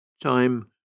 Time